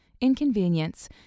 inconvenience